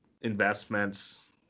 investments